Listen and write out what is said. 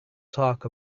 talk